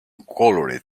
colored